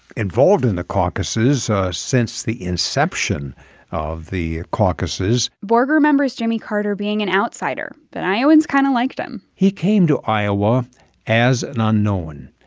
involved in the caucuses since the inception of the caucuses borg remembers jimmy carter being an outsider, but iowans kind of liked him he came to iowa as an unknown.